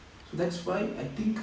so that's why I think